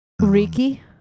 ricky